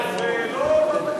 זה בניגוד ל-82(א).